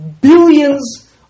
billions